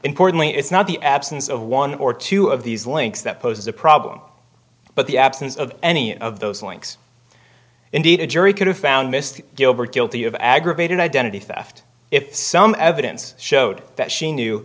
importantly it's not the absence of one or two of these links that poses a problem but the absence of any of those links indeed a jury could have found mr gilbert guilty of aggravated identity theft if some evidence showed that she knew